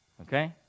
okay